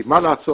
כי מה לעשות,